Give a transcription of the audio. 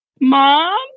mom